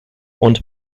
und